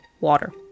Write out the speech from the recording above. water